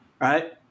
right